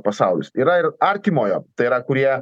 pasaulis yra ir artimojo tai yra kurie